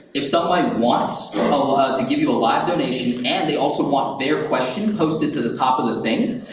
if somebody wants to give you a live donation, and they also want their question posted to the top of the thing,